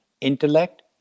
intellect